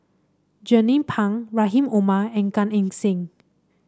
Jernnine Pang Rahim Omar and Gan Eng Seng